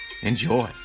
Enjoy